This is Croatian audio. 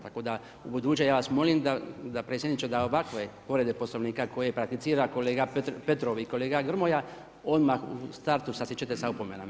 Tako da u buduće ja vas molim da predsjedniče, da ovakve povrede Poslovnika, koje prakticira kolega Petrov i kolega Grmoja, odmah u startu se sjećate sa opomenama.